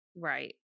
Right